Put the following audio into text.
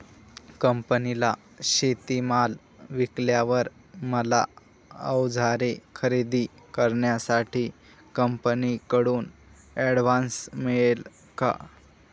कंपनीला शेतीमाल विकल्यावर मला औजारे खरेदी करण्यासाठी कंपनीकडून ऍडव्हान्स मिळेल का?